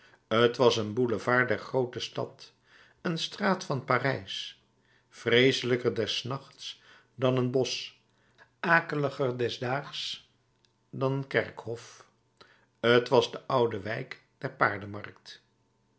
t was een boulevard der groote stad een straat van parijs vreeselijker des nachts dan een bosch akeliger des daags dan een kerkhof t was de oude wijk der paardenmarkt